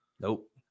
Nope